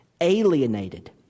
alienated